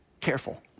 careful